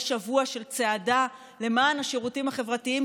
שבוע של צעדה למען השירותים החברתיים,